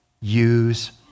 Use